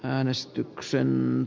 äänestyksen